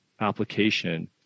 application